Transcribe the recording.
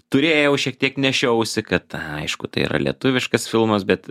turėjau šiek tiek nešiausi kad aišku tai yra lietuviškas filmas bet